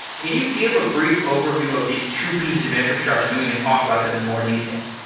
can you give a brief overview of these two pieces of infrastructure? then we can talk about them in more detail.